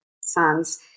sons